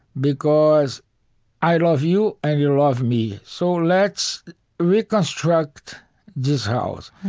because i love you, and you love me. so let's reconstruct this house.